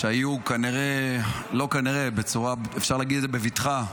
שהיו כנראה, לא כנראה, אפשר להגיד את זה בבטחה,